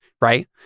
Right